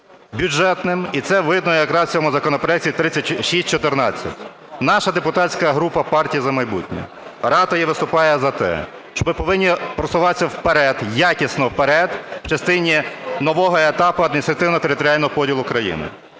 бюджетним, і це видно якраз в цьому законопроекті 3614. Наша депутатська група "Партії "За майбутнє" ратує і виступає за те, що ми повинні просуватися вперед, якісно вперед, в частині нового етапу адміністративно-територіального поділу країни.